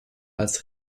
als